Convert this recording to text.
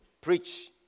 preach